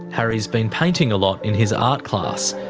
harry's been painting a lot in his art class.